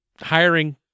hiring